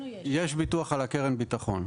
יש ביטוח על קרן הביטחון.